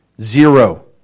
Zero